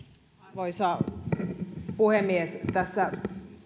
arvoisa puhemies tässä